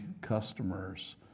customers